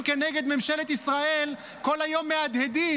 כנגד ממשלת ישראל כל היום מהדהדים.